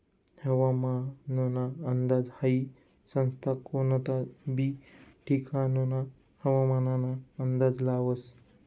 हवामानना अंदाज हाई संस्था कोनता बी ठिकानना हवामानना अंदाज लावस